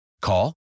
Call